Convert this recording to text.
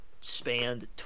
spanned